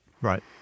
right